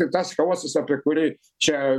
tas chaosas apie kurį čia